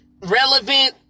relevant